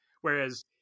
whereas